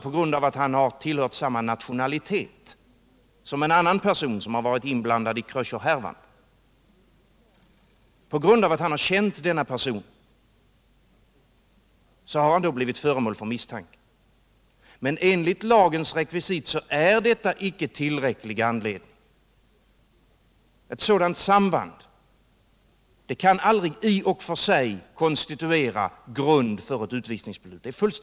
På grund av att han tillhör samma nationalitet som en person vilken varit inblandad i Kröcherhärvan och på grund av att han känt denna person har han blivit föremål för misstanke. Men enligt lagens rekvisit är detta icke tillräcklig anledning. Ett sådant samband kan aldrig i och för sig konstituera grund för ett utvisningsbeslut.